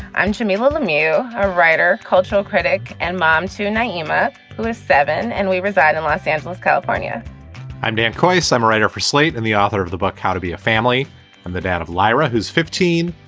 i'm jamilah lemieux, a writer, cultural critic and mom to nyima seven, and we reside in los angeles, california i'm dan coates. i'm a writer for slate and the author of the book how to be a family and the dad of lyra, who's fifteen,